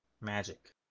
magic